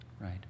right